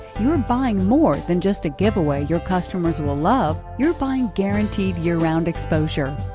you're buying more than just a giveaway your customers will love, you're buying guaranteed year-round exposure.